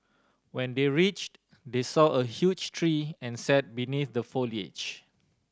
when they reached they saw a huge tree and sat beneath the foliage